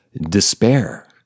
despair